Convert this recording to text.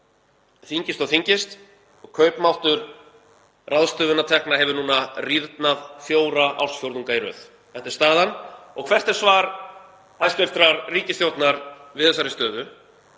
þyngist og þyngist og kaupmáttur ráðstöfunartekna hefur núna rýrnað fjóra ársfjórðunga í röð. Þetta er staðan. Og hvert er svar hæstv. ríkisstjórnar við þessari stöðu?